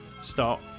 start